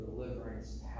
Deliverance